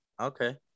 Okay